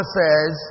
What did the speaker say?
says